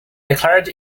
declared